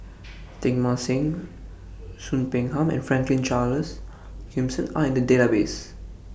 Teng Mah Seng Soon Peng Ham and Franklin Charles Gimson Are in The Database